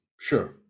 Sure